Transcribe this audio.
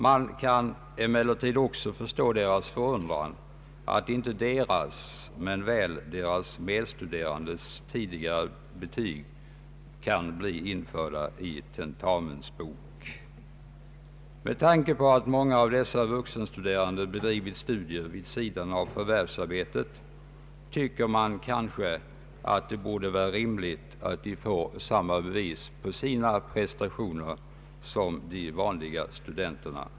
Man kan emellertid tid också förstå deras förundran att inte deras men väl deras medstuderandes tidigare betyg kan bli införda i tentamensbok. Med tanke på att många av dessa vuxenstuderande bedrivit studier vid sidan av förvärvsarbetet tycker man att det borde vara rimligt att de får samma bevis för sina prestationer som de vanliga studenterna.